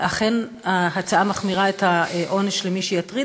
שאכן ההצעה מחמירה את העונש למי שיטריד,